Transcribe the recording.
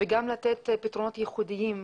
וגם לתת פתרונות ייחודיים.